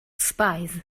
spies